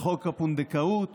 לחוק הפונדקאות